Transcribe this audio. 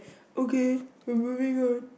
okay we are moving on